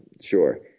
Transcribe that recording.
sure